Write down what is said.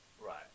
Right